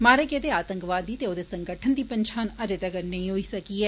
मारे गेदे आतंकवादी ते ओदे संगठन गी पन्छान अजें तक्कर नेई होई सकी ऐ